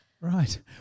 Right